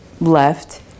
left